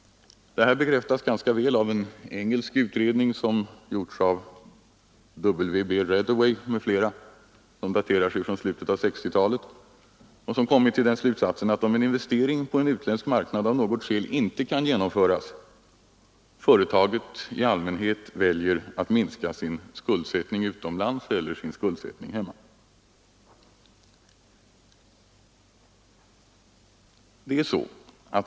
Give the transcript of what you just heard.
Detta bekräftas av en engelsk utredning av W.B. Redaway m.fl. från slutet av 1960-talet, som kommit till den slutsatsen att om en investering på en utländsk marknad av något skäl inte kan genomföras, företaget i allmänhet väljer att minska sin skuldsättning utomlands eller sin skuldsättning hemma.